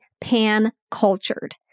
pan-cultured